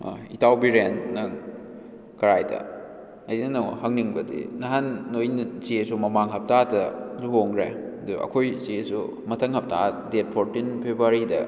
ꯏꯇꯥꯎ ꯕꯤꯔꯦꯟ ꯅꯪ ꯀꯔꯥꯏꯗ ꯑꯩꯅ ꯅꯉꯣꯟꯗ ꯍꯪꯅꯤꯡꯕꯗꯤ ꯅꯍꯥꯟ ꯅꯣꯏ ꯅꯆꯦꯁꯨ ꯃꯃꯥꯡ ꯍꯞꯇꯥꯗ ꯂꯨꯍꯣꯡꯒꯈꯔꯦ ꯑꯗꯨ ꯑꯩꯈꯣꯏ ꯏꯆꯦꯁꯨ ꯃꯊꯪ ꯍꯞꯇꯥ ꯗꯦꯠ ꯐꯣꯔꯇꯤꯟ ꯐꯦꯕꯋꯥꯔꯤꯗ